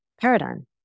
paradigm